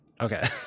Okay